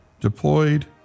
deployed